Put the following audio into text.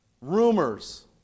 Rumors